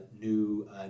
new